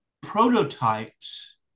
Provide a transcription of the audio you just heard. prototypes